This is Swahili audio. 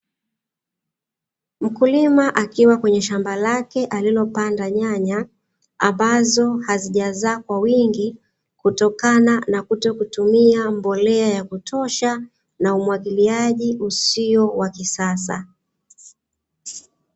Mkulima akiwa kwenye shamba lake alilopanda nyanya ambazo hazijazaa kwa wingi, kutokana na kutokutumia mbolea ya kutosha na umwagiliaji usio wa kisasa